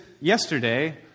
yesterday